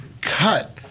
cut